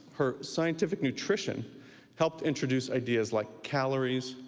her scientific nutrition helped introduce ideas like calories,